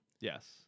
Yes